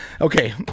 okay